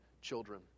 children